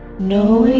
no